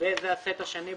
זה הסט השני,